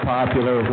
Popular